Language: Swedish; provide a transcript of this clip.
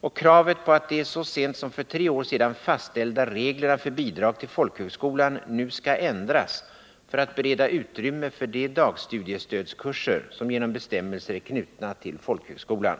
och kravet på att de så sent som för tre år sedan fastställda reglerna för bidrag till folkhögskolan nu skall ändras för att bereda utrymme för de dagstudiestödskurser som genom bestämmelser är knutna till folkhögskolan.